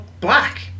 black